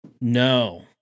no